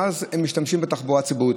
ואז הם משתמשים בתחבורה ציבורית.